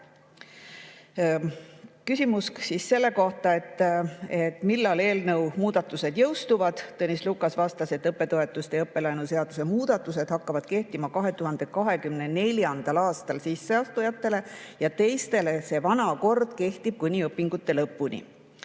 Küsiti selle kohta, millal eelnõu muudatused jõustuvad. Tõnis Lukas vastas, et õppetoetuste ja õppelaenu seaduse muudatused hakkavad kehtima 2024. aastal sisseastujatele ja teistele kehtib vana kord kuni õpingute lõpuni.